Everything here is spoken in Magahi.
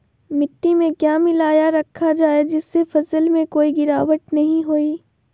मिट्टी में क्या मिलाया रखा जाए जिससे फसल में कोई गिरावट नहीं होई?